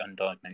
undiagnosed